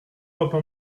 papa